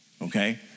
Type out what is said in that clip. Okay